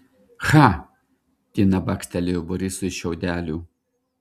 cha tina bakstelėjo borisui šiaudeliu